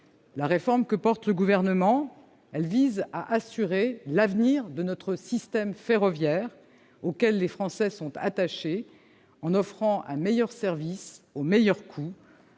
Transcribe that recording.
La réforme défendue par le Gouvernement vise à assurer l'avenir de notre système ferroviaire, auquel les Français sont attachés, en offrant un meilleur service, au meilleur coût,